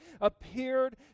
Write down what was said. appeared